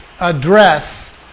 address